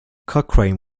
cochrane